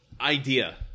idea